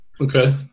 Okay